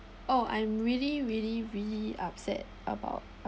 oh I'm really really really upset about